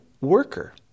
worker